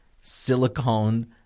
silicone